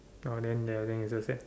oh then the thing is the same